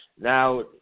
Now